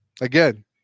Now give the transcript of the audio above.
Again